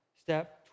step